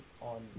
on